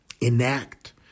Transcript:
enact